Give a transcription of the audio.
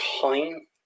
time